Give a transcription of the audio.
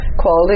quality